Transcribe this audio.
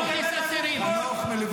ומישהו הפציץ אותן והרג אותן.